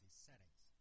settings